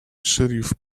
sheriff